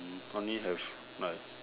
hmm only have like